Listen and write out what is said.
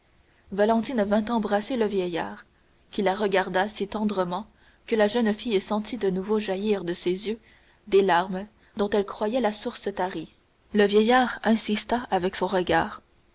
vint embrasser le vieillard qui la regarda si tendrement que la jeune fille sentit de nouveau jaillir de ses yeux des larmes dont elle croyait la source tarie le vieillard insistait avec son regard